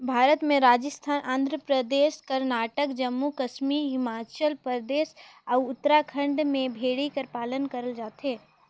भारत में राजिस्थान, आंध्र परदेस, करनाटक, जम्मू कस्मी हिमाचल परदेस, अउ उत्तराखंड में भेड़ी कर पालन करल जाथे